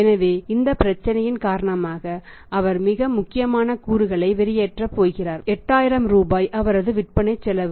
எனவே இந்த பிரச்சினையின் காரணமாக அவர் மிக முக்கியமான கூறுகளை வெளியேற்றப் போகிறார் 8000 ரூபாய் அவரது விற்பனை செலவு